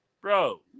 Bro